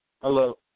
Hello